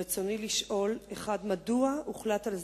רצוני לשאול: 1. מדוע הוחלט על סגירתו?